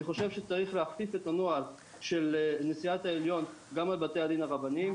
אני חושב שצריך להפיץ את הנוהל של נשיאת העליון גם לבתי הדין הרבניים,